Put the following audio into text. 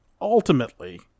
Ultimately